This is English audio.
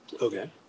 Okay